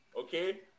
Okay